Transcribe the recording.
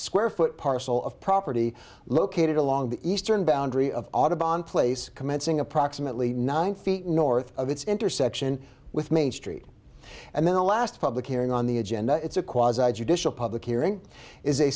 square foot parcel of property located along the eastern boundary of audubon place commencing approximately nine feet north of its intersection with main street and then the last public hearing on the agenda is a quasi judicial public hearing is a